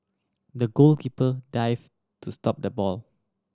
the goalkeeper dive to stop the ball